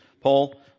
Paul